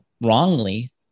wrongly